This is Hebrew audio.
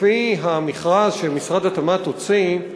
לפי המכרז שמשרד התמ"ת הוציא,